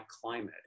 climate